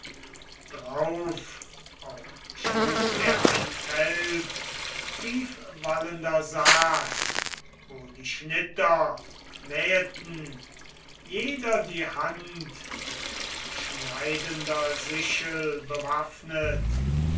drauf auch schuf er ein feld tiefwallender saat wo die schnitter mäheten jeder die hand mit schneidender sichel bewaffnet